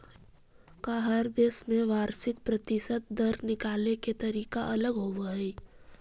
का हर देश में वार्षिक प्रतिशत दर निकाले के तरीका अलग होवऽ हइ?